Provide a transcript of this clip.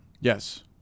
Yes